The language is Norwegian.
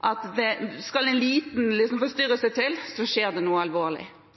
at det skal bare en liten forstyrrelse til før det skjer noe alvorlig.